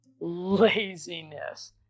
laziness